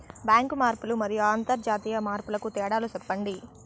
Bank మార్పులు మరియు అంతర్జాతీయ మార్పుల కు తేడాలు సెప్పండి?